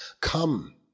Come